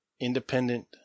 independent